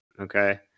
okay